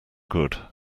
good